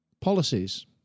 policies